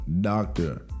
doctor